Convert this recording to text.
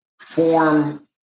form